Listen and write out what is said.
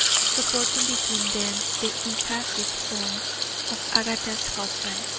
supporting between them the impassive form of agatha's husband.